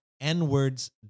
N-word's